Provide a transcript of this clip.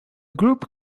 group